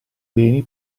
beni